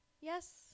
Yes